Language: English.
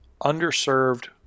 underserved